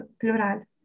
plural